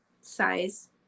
size